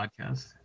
podcast